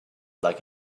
like